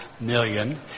million